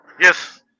Yes